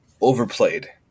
overplayed